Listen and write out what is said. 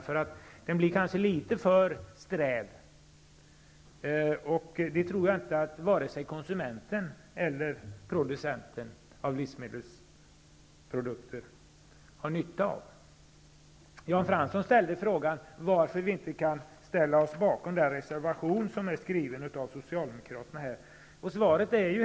Den tenderar att bli litet för sträv, och det tror jag att varken konsumenten eller producenten av livsmedelsprodukter har nytta av. Jan Fransson frågade varför vi inte kan ställa oss bakom den socialdemokratiska reservationen.